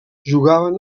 jugaven